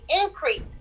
increase